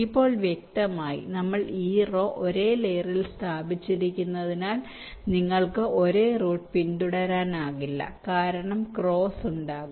ഇപ്പോൾ വ്യക്തമായി നമ്മൾ ഈ റോ ഒരേ ലയേറിൽ സ്ഥാപിച്ചിരിക്കുന്നതിനാൽ നിങ്ങൾക്ക് ഒരേ റൂട്ട് പിന്തുടരാനാകില്ല കാരണം ക്രോസ് ഉണ്ടാകും